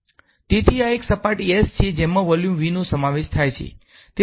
તેથી આ એક સપાટી S છે જેમાં વોલ્યુમ V નો સમાવેશ થાય છે